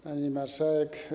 Pani Marszałek!